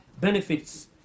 benefits